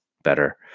Better